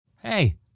Hey